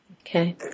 Okay